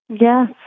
Yes